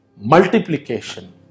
multiplication